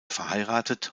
verheiratet